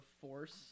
Force